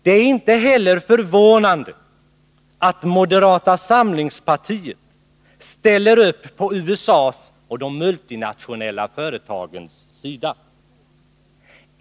Det är inte heller förvånande att moderata samlingspartiet ställer upp på USA:s och de multinationella företagens sida.